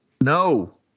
No